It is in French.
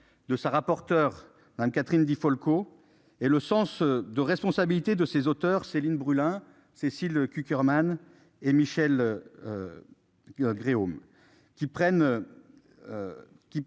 de sa rapporteur hein Catherine Di Folco et le sens de responsabilité de ses auteurs Céline Brulin, Cécile Cukierman et Michelle. Gréaume